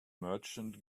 merchant